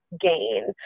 gain